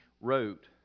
wrote